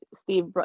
Steve